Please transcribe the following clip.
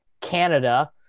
Canada